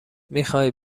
میخای